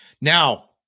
Now